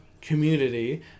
community